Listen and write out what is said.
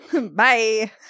Bye